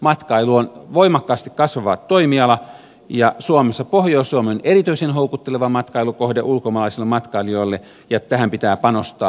matkailu on voimakkaasti kasvava toimiala ja suomessa pohjois suomi on erityisen houkutteleva matkailukohde ulkomaalaisille matkailijoille ja tähän pitää panostaa